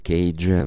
Cage